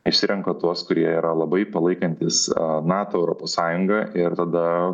išsirenka tuos kurie yra labai palaikantys nato europos sąjungą ir tada